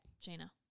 Gina